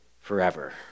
forever